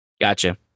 Gotcha